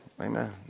amen